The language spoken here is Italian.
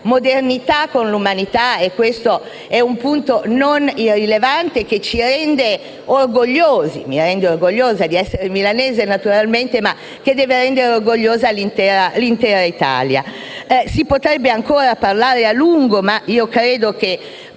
modernità con l'umanità, e questo è un punto non irrilevante, che mi rende orgogliosa di essere milanese e che deve rendere orgogliosa l'intera Italia. Si potrebbe ancora parlare a lungo, ma credo che